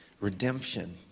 redemption